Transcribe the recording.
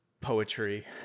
poetry